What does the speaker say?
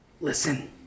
listen